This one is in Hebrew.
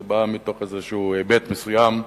זה בא מתוך איזשהו היבט מסוים,